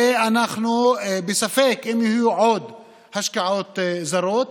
ואנחנו בספק אם יהיו עוד השקעות זרות